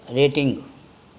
rating